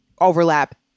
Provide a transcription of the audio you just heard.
overlap